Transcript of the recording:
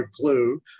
clue